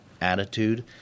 attitude